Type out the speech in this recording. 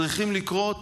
צריכים לקרות